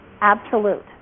absolute